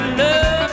love